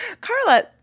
Carla